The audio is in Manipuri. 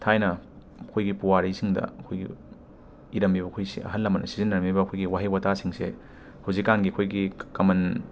ꯊꯥꯏꯅ ꯑꯩꯈꯣꯏꯒꯤ ꯄꯨꯋꯥꯔꯤꯁꯤꯡꯗ ꯑꯩꯈꯣꯏꯒꯤ ꯏꯔꯝꯃꯤꯕ ꯈꯨꯠꯏꯁꯦ ꯑꯍꯟ ꯂꯃꯝꯅ ꯁꯤꯖꯤꯟꯅꯔꯝꯕ ꯑꯩꯈꯣꯏꯒꯤ ꯋꯥꯍꯩ ꯋꯥꯇꯥꯁꯤꯡꯁꯦ ꯍꯨꯖꯤꯛꯀꯥꯟꯒꯤ ꯑꯩꯈꯣꯏꯒꯤ ꯀꯀ ꯀꯃꯟ